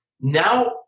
Now